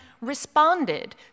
responded